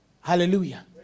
Hallelujah